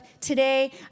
today